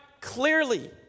clearly